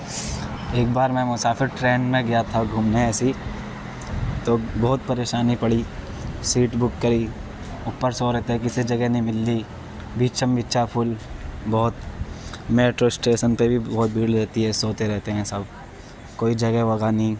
ایک بار میں مسافر ٹرین میں گیا تھا گھومنے ایسے ہی تو بہت پریشانی پڑی سیٹ بک کری اوپر سو رہے تھے کسے جگہ نہیں مل رہی بیچم بچا فل بہت میٹرو اسٹیسن پہ بھی بہت بھیڑ رہتی ہے سوتے رہتے ہیں سب کوئی جگہ وگہ نہیں